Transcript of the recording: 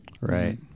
Right